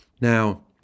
Now